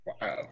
wow